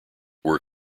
were